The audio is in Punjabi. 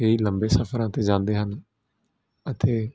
ਕਈ ਲੰਬੇ ਸਫਰਾਂ 'ਤੇ ਜਾਂਦੇ ਹਨ ਅਤੇ